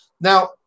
Now